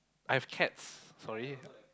I've cats sorry